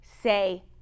say